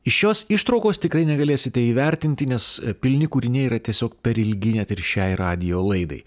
iš šios ištraukos tikrai negalėsite įvertinti nes pilni kūriniai yra tiesiog per ilgi net ir šiai radijo laidai